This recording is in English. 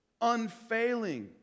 unfailing